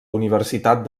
universitat